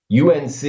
UNC